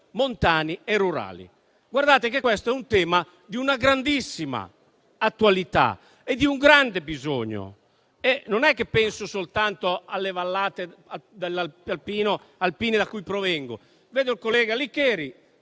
montani e rurali. Questo è un tema di grandissima attualità e di grande bisogno, e non penso soltanto alle vallate alpine da cui provengo. Vedo il collega Licheri